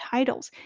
Titles 、